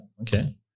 Okay